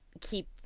keep